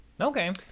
Okay